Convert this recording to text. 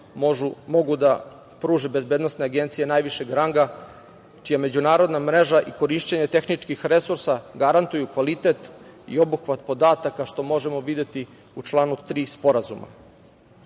mogu da pruže bezbednosne agencije najvišeg ranga čija međunarodna mreža i korišćenje tehničkih resursa garantuju kvalitet i obuhvat podataka, što možemo videti u članu 3. sporazuma. Sa